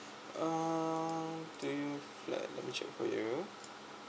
um two room flat let me check for you